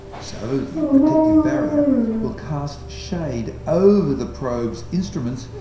so, the protective barrier will cast shade over the probe's instruments,